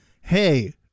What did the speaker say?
hey